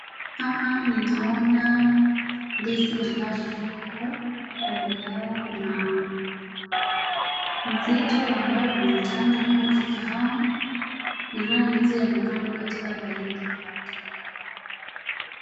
Hapa ninaona ndizi ambayo imepandwa na mbele yao kuna msitu ambao unaonekana ni kama ni kahawa na haya ndizi yamepandwa katika laini.